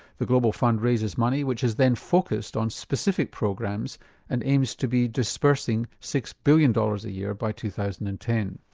the global fund raises money which is then focused on specific programs and aims to be disbursing six billion dollars a year by two thousand and ten.